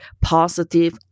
positive